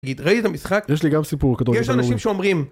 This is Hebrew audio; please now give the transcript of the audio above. ראית את המשחק? יש לי גם סיפור כדור. יש אנשים שאומרים...